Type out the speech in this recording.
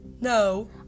No